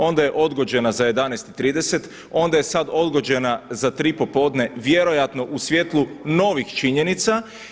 Onda je odgođena za 11,30 onda je sad odgođena za tri popodne vjerojatno u svjetlu novih činjenica.